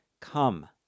Come